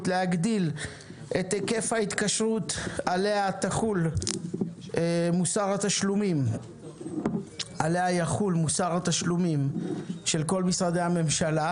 להגדיל את היקף ההתקשרות עליה יחול מוסר התשלומים של כל משרדי הממשלה.